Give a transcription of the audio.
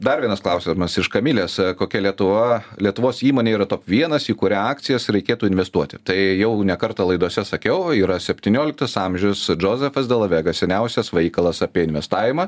dar vienas klausimas iš kamilės kokia lietuva lietuvos įmonė yra top vienas į kurią akcijas reikėtų investuoti tai jau ne kartą laidose sakiau yra septynioliktas amžius džozefas delavegas seniausias veikalas apie investavimą